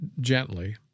gently